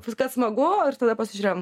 viskas smagu ir tada pasižiūrėjom